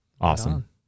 Awesome